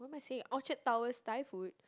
what am I saying Orchard-Tower's Thai food